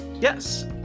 Yes